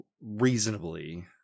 reasonably